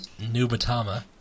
Nubatama